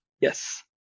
Yes